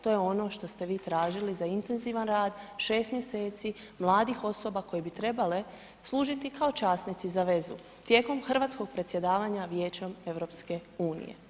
To je ono što ste vi tražili za intenzivan rad, 6 mjeseci mladih osoba koje bi trebale služiti kao časnici za vezu tijekom hrvatskog predsjedavanja Vijećem EU.